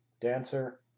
Dancer